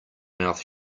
mouth